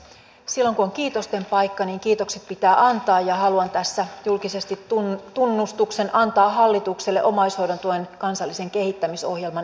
silloin kun on kiitosten paikka niin kiitokset pitää antaa ja haluan tässä julkisesti tunnustuksen antaa hallitukselle omaishoidon tuen kansallisen kehittämisohjelman eteenpäinviemisestä